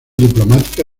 diplomática